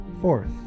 Fourth